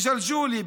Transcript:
בג'לג'וליה,